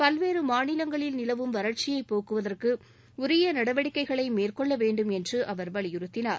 பல்வேறு மாநிலங்களில் நிலவும் வறட்சியை போக்குவதற்கு உரிய நடவடிக்கைகளை மேற்கொள்ள வேண்டும் என்று அவர் வலியுறுத்தினார்